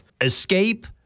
Escape